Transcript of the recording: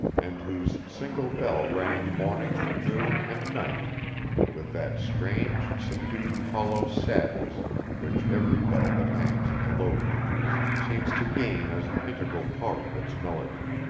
and whose single bell rang morning, noon, and night with that strange, subdued, hollow sadness which every bell that hangs in the low countries seems to gain as an integral part of its melody.